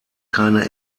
keine